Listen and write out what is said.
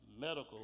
medical